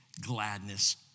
gladness